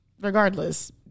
Regardless